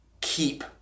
keep